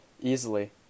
easily